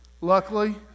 Luckily